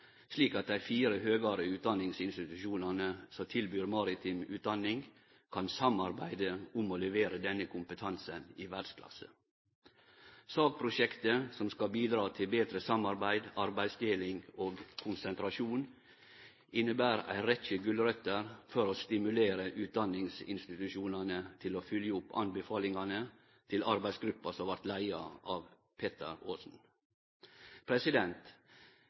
slik at dei fire høgare utdaningsinstitusjonane som tilbyr maritim utdaning, kan samarbeide om å levere denne kompetansen i verdsklasse. SAK-prosjektet, som skal bidra til betre samarbeid, arbeidsdeling og konsentrasjon, inneber ei rekkje «gulrøter» for å stimulere utdaningsinstitusjonane til å følgje opp anbefalingane til arbeidsgruppa som vart leidd av